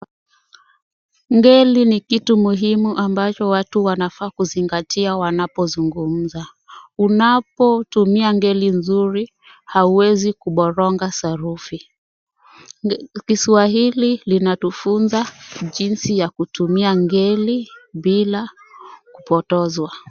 Ngeli ni kitu muhimu ambayo watu wanafaa kuzingatia wanapozungumza. Unapotumia ngeli nzuri, hauwezi kuboronga sarufi. Kiswahili kinatufunza jinsi ya kutumia ngeli bila kupotozwa.